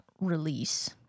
release